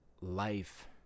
life